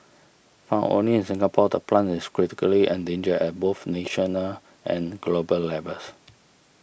found only in Singapore the plant is critically endangered at both national and global levels